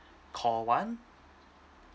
call one